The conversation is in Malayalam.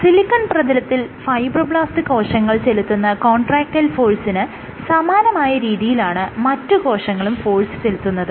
സിലിക്കോൺ പ്രതലത്തിൽ ഫൈബ്രോബ്ലാസ്റ് കോശങ്ങൾ ചെലുത്തുന്ന കോൺട്രാക്ടായിൽ ഫോഴ്സിന് സമാനമായ രീതിയിലാണ് മറ്റു കോശങ്ങളും ഫോഴ്സ് ചെലുത്തുന്നത്